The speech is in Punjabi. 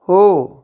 ਹੋ